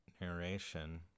narration